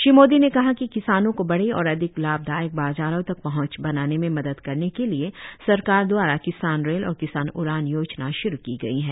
श्री मोदी ने कहा कि किसानों को बड़े और अधिक लाभदायक बाजारों तक पहंच बनाने में मदद करने के लिए सरकार द्वारा किसान रेल और किसान उडान योजना श्रू की गई है